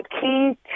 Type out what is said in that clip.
key